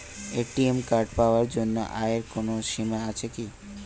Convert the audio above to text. ATM card পাওয়ার জন্য আয়ের কোনো সীমা আছে কি?